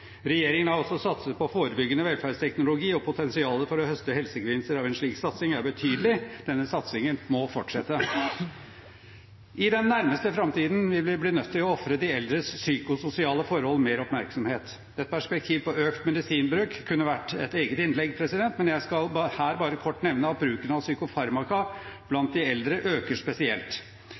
Regjeringen har også satset på forebyggende velferdsteknologi, og potensialet for å høste helsegevinster av en slik satsing er betydelig. Denne satsingen må fortsette. I den nærmeste framtiden vil vi bli nødt til å ofre de eldres psykososiale forhold mer oppmerksomhet. Et perspektiv på økt medisinbruk kunne vært et eget innlegg, men jeg skal her bare kort nevne at bruken av psykofarmaka blant de eldre øker spesielt.